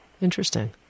Interesting